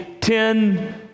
Ten